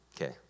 okay